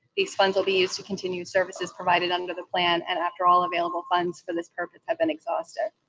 these funds will be used to continue services provided under the plan and after all available funds for this program have been exhausted.